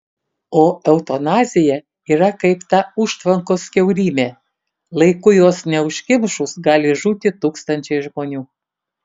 o eutanazija yra kaip ta užtvankos kiaurymė laiku jos neužkimšus gali žūti tūkstančiai žmonių